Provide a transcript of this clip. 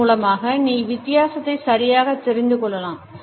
இதன் மூலமாக நீ வித்தியாசத்தை சரியாக தெரிந்து கொள்ளலாம்